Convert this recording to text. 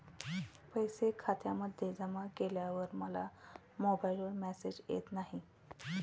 पैसे खात्यामध्ये जमा केल्यावर मला मोबाइलवर मेसेज येत नाही?